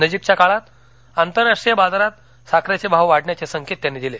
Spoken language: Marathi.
नजीकच्या काळात आंतरराष्ट्रीय बाजारात साखरेचे भाव वाढण्याचे संकेत त्यांनी दिले